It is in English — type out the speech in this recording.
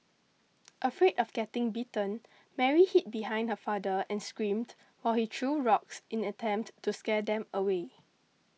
afraid of getting bitten Mary hid behind her father and screamed while he threw rocks in an attempt to scare them away